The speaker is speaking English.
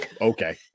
okay